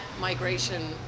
migration